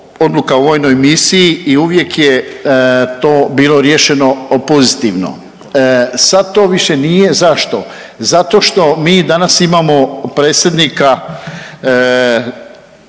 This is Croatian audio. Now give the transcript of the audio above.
odluka o vojnoj misiji i uvijek je to bilo riješeno pozitivno. Sad to više nije. Zašto? Zato što mi danas imamo predsjednika